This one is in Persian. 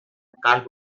قلب